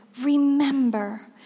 Remember